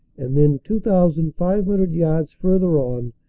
and then, two thousand five hundred yards further on,